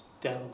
down